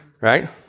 Right